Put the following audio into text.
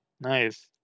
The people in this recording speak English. Nice